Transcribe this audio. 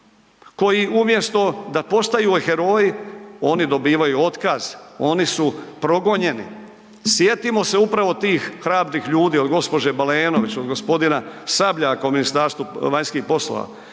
koji umjesto da postaju heroji oni dobivaju otkaz, oni su progonjeni. Sjetimo se upravo tih hrabrih ljudi, od gđe. Balenović, od g. Sabljaka u Ministarstvu vanjskih poslova.